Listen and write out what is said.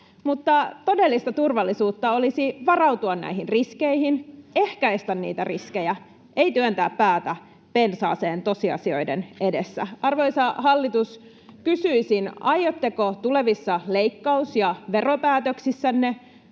todellista turvallisuutta olisi varautua näihin riskeihin, ehkäistä niitä riskejä, ei työntää päätä pensaaseen tosiasioiden edessä. Arvoisa hallitus, kysyisin: aiotteko tulevissa leikkaus- ja veropäätöksissänne